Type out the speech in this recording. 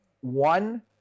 one